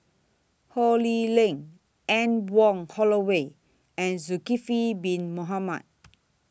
Ho Lee Ling Anne Wong Holloway and Zulkifli Bin Mohamed